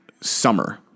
Summer